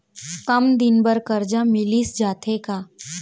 कम दिन बर करजा मिलिस जाथे का?